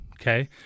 Okay